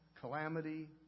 calamity